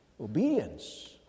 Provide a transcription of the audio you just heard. Obedience